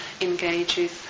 engages